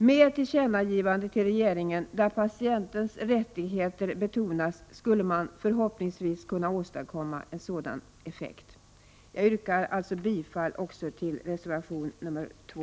Med ett tillkännagivande till regeringen, där patientens rättigheter betonas, skulle man förhoppningsvis kunna åstadkomma en sådan effekt. Jag yrkar bifall också till reservation 2.